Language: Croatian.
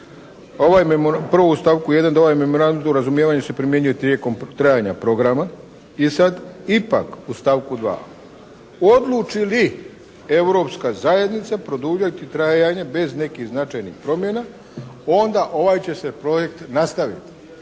prvo u stavku 1. da ovaj Memorandum o razumijevanju se primjenjuje tijekom trajanja programa i sada ipak u stavku 2. odluči li Europska zajednica produljiti trajanje bez nekih značajnih promjena onda ovaj će se projekt nastaviti